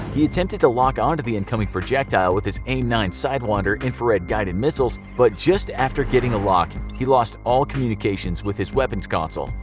he attempted to lock on to the incoming projectile with his aim nine sidewinder infrared guided missiles. but just after getting a lock he lost all communications with the weapons console.